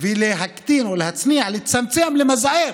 ולהקטין או להצניע, לצמצם, למזער,